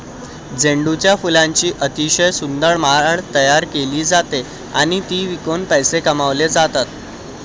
झेंडूच्या फुलांची अतिशय सुंदर माळ तयार केली जाते आणि ती विकून पैसे कमावले जातात